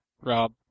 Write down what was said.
Rob